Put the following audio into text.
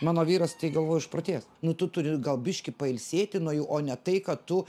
mano vyras tai galvoju išprotės nu tu turi gal biškį pailsėti nuo jų o ne tai kad tu